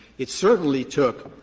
it certainly took,